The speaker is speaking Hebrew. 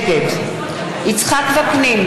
נגד יצחק וקנין,